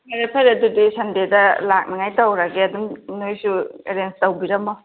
ꯐꯔꯦ ꯐꯔꯦ ꯑꯗꯨꯗꯤ ꯁꯟꯗꯦꯗ ꯂꯥꯛꯅꯤꯉꯥꯏ ꯇꯧꯔꯒꯦ ꯑꯗꯨꯝ ꯅꯣꯏꯁꯨ ꯑꯦꯔꯦꯟꯖ ꯇꯧꯕꯤꯔꯝꯃꯣ